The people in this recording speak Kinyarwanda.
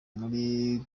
muri